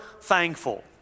thankful